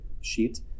sheet